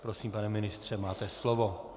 Prosím, pane ministře, máte slovo.